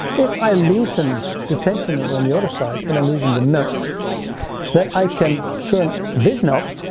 if i loosen the tensioner on the other side and i loosen the nuts then i can turn this knob